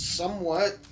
somewhat